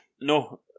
No